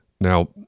Now